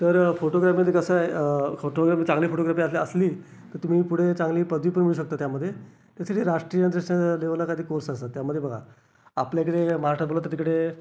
तर फोटोग्राफमध्ये कसं आहे फोटोग्राफी चांगली फोटोग्राफी अस असली तर तुम्ही पुढे चांगली पदवी पण मिळवू शकता त्यामध्ये राष्ट्रीय जसं लेव्हलला काहीतरी कोर्स असतात त्यामध्ये बघा आपल्याकडे महाराष्ट्रात बोललं तर तिकडे